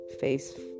face